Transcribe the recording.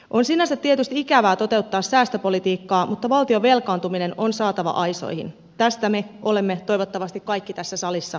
on sinänsä tietysti ikävää toteuttaa säästöpolitiikkaa mutta valtion velkaantuminen on saatava aisoihin tästä me olemme toivottavasti kaikki tässä salissa samaa mieltä